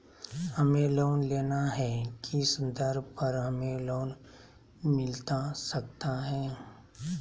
हमें लोन लेना है किस दर पर हमें लोन मिलता सकता है?